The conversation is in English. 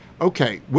Okay